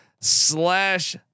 slash